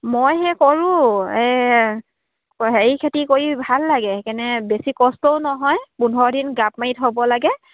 মই সেই কৰোঁ এই হেৰি খেতি কৰি ভাল লাগে সেইকাৰণে বেছি কষ্টও নহয় পোন্ধৰ দিন গাপ মাৰি থ'ব লাগে